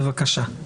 בבקשה.